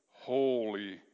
holy